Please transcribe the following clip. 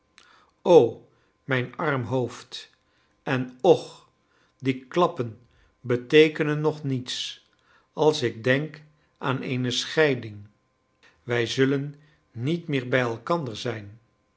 o mijn arm hoofd en och die klappen beteekenen nog niets als ik denk aan eene scheiding wij zullen niet meer bij elkander zijn